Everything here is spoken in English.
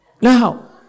Now